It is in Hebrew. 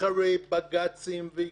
אחרי בג"צים ועיכובים.